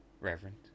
Reverend